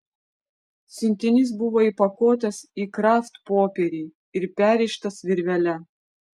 siuntinys buvo įpakuotas į kraftpopierį ir perrištas virvele